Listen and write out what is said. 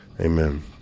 Amen